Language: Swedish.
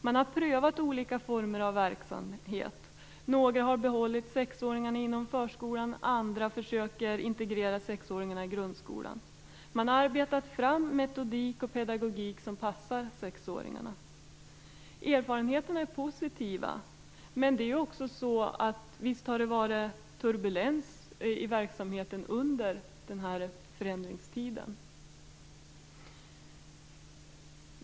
Man har prövat olika former av verksamhet. Några har behållit sexåringarna inom förskolan, andra försöker integrera sexåringarna i grundskolan. Man har arbetat fram en metodik och pedagogik som passar sexåringarna. Erfarenheterna är positiva, men visst har det varit turbulens i verksamheten under förändringstiden.